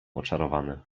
oczarowany